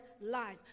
life